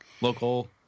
local